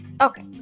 Okay